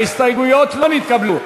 ההסתייגויות לא נתקבלו.